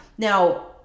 Now